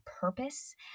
purpose